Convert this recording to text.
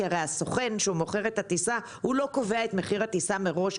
כי הסוכן שמוכר את הטיסה לא קובע את מחיר הטיסה מראש,